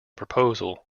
proposal